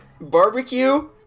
barbecue